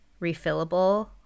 refillable